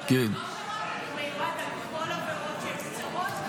הוא מיועד לכל עבירות שהן קצרות?